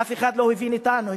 אף אחד לא הבין אותנו.